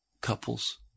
couples